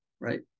right